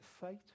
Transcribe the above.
fate